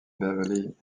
beverly